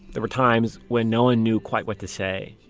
there were times when no one knew quite what to say.